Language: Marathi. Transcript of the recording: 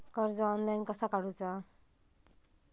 कर्ज ऑनलाइन कसा काडूचा?